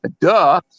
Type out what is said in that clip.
duh